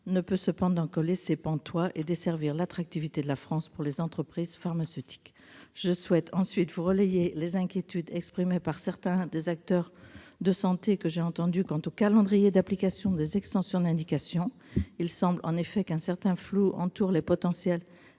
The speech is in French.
ne peut cependant que laisser pantois et desservir l'attractivité de la France pour les entreprises pharmaceutiques. Je souhaite maintenant relayer les inquiétudes exprimées par certains acteurs de santé que j'ai entendus au sujet du calendrier d'application des extensions d'indication. Il semble en effet qu'un certain flou entoure les potentielles